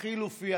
החלופי,